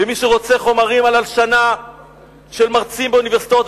ומי שרוצה חומרים על הלשנה של מרצים באוניברסיטאות,